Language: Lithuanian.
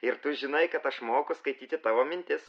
ir tu žinai kad aš moku skaityti tavo mintis